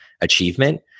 achievement